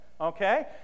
okay